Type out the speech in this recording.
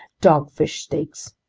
dogfish steaks?